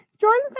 Jordan